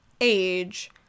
age